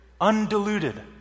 undiluted